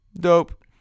dope